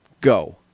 go